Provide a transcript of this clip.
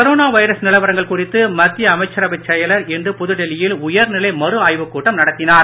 corona virus நிலவரங்கள் குறித்து மத்திய அமைச்சரவை செயலர் இன்று புதுடெல்லியில் உயர்நிலை மறு ஆய்வுக் கூட்டம் நடத்தினார்